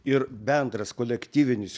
ir bendras kolektyvinis